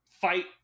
fight